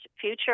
future